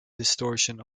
distortion